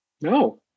no